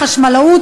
חשמלאות,